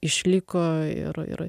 išliko ir ir